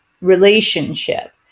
relationship